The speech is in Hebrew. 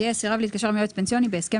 זה יהיה: "סירב להתקשר עם יועץ פנסיוני בהסכם